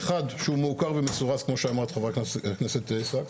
אחד שהוא מעוקר ומסורס כמו שאמרה חברת הכנסת פרידמן,